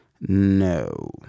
No